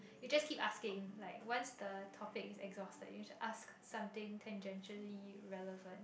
you just keep asking like once the topic is exhausted you ask something tangentially relevant